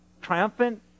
triumphant